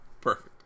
perfect